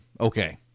Okay